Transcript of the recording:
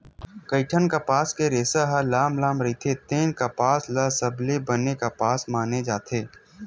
कइठन कपसा के रेसा ह लाम लाम रहिथे तेन कपसा ल सबले बने कपसा माने जाथे